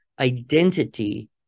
identity